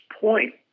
point